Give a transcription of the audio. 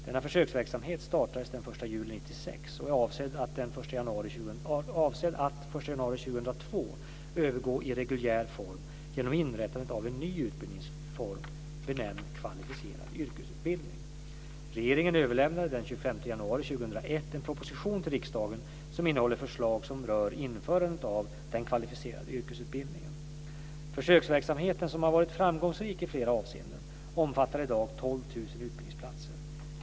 Denna försöksverksamhet startades den 1 juli 1996 och är avsedd att den 1 januari 2001 en proposition till riksdagen som innehåller förslag som rör införandet av den kvalificerade yrkesutbildningen. Försöksverksamheten, som har varit framgångsrik i flera avseenden, omfattar i dag 12 000 utbildningsplatser.